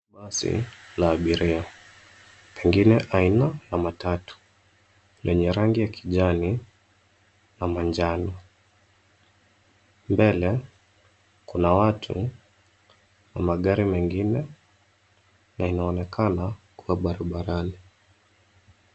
Basi la abiria pengine aina ya matatu lenye rangi ya kijani na manjano. Mbele kuna watu na magari mengine na inaonekana kuwa barabarani.